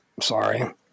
sorry